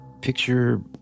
Picture